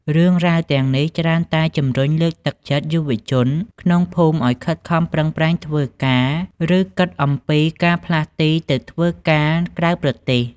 រឿងរ៉ាវទាំងនេះច្រើនតែជំរុញលើកទឹកចិត្តយុវជនក្នុងភូមិឲ្យខិតខំប្រឹងប្រែងធ្វើការ ឬគិតអំពីការផ្លាស់ទីទៅធ្វើការក្រៅប្រទេស។